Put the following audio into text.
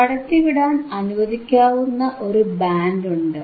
കടത്തിവിടാൻ അനുവദിക്കാവുന്ന ഒരു ബാൻഡ് ഉണ്ട്